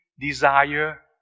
desire